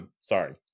sorry